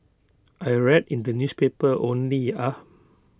I read in the newspaper only ah